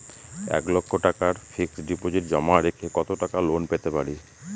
এক লক্ষ টাকার ফিক্সড ডিপোজিট জমা রেখে কত টাকা লোন পেতে পারি?